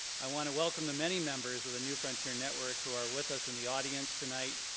i want to welcome the many members of the new frontier network who are with us in the audience tonight,